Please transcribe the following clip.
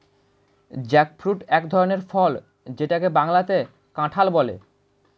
jackfruit এক ধরনের ফল যেটাকে বাংলাতে কাঁঠাল বলে